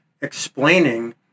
explaining